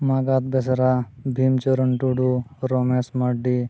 ᱢᱚᱵᱟᱫ ᱵᱮᱥᱨᱟ ᱵᱷᱤᱢ ᱪᱚᱨᱚᱱ ᱴᱩᱰᱩ ᱨᱚᱢᱮᱥ ᱢᱟᱨᱰᱤ